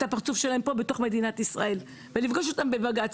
הפרצוף שלהם פה בתוך מדינת ישראל ולפגוש אותם בבג"ץ.